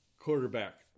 quarterback